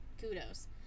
Kudos